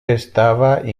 estava